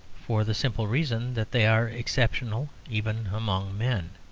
for the simple reason that they are exceptional even among men.